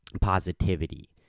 positivity